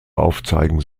aufzeigen